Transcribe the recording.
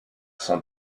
son